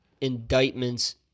indictments